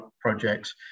projects